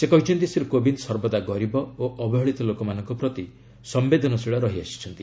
ସେ କହିଛନ୍ତି ଶ୍ରୀ କୋବିନ୍ଦ୍ ସର୍ବଦା ଗରିବ ଓ ଅବହେଳିତ ଲୋକମାନଙ୍କ ପ୍ରତି ସମ୍ଭେଦନଶୀଳ ରହିଆସିଛନ୍ତି